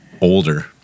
older